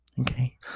Okay